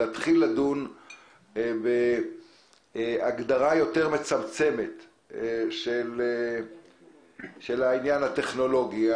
להתחיל לדון בהגדרה יותר מצמצמת של העניין הטכנולוגי.